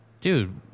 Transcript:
Dude